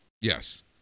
Yes